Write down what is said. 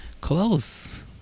Close